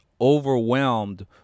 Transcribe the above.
overwhelmed